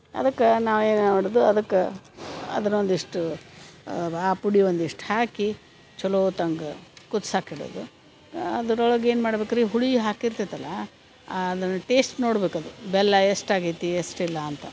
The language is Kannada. ಅದಕ್ಕೆ ನಾವೇನು ಮಾಡೋದು ಅದಕ್ಕೆ ಅದ್ರ ಒಂದಿಷ್ಟು ಆ ಆ ಪುಡಿಯೊಂದಿಷ್ಟು ಹಾಕಿ ಚಲೋತ್ತಂಗ ಕುದ್ಸಾಕೆ ಇಡೋದು ಅದ್ರೊಳಗೆ ಏನು ಮಾಡ್ಬೇಕು ರೀ ಹುಳಿ ಹಾಕಿರ್ತೈತಲ್ಲ ಅದನ್ನ ಟೇಸ್ಟ್ ನೋಡ್ಬೇಕು ಅದು ಬೆಲ್ಲ ಎಷ್ಟು ಆಗೈತಿ ಎಷ್ಟು ಇಲ್ಲಾಂತ